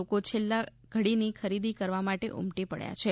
લોકો છેલ્લાં ઘડીની ખરીદી કરવા માટે ઉમટી પડ્યા છે